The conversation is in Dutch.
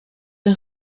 een